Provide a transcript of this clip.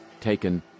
taken